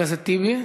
טיבי,